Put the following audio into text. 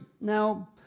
Now